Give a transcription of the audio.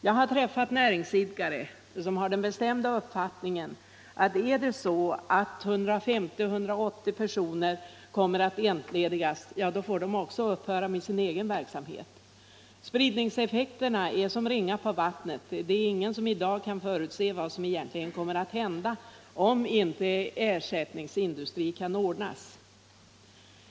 Jag har träffat näringsidkare som hade den bestämda uppfattningen att om 150-180 personer vid Sonab kommer att entledigas, kommer det att leda till att också de själva måste upphöra med sin verksamhet. Spridningseffekterna är som ringar på vattnet, och ingen kan i dag förutse vad som egentligen kommer att hända, om inte en ersättningsindustri kan ordnas.